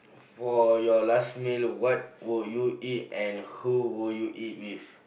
for your last meal what will you eat and who will you eat with